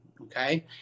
Okay